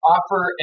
Offer